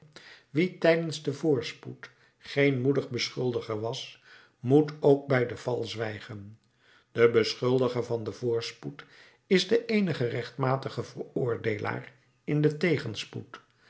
wie tijdens den voorspoed geen moedig beschuldiger was moet ook bij den val zwijgen de beschuldiger van den voorspoed is de eenige rechtmatige veroordeelaar in den tegenspoed